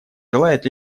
желает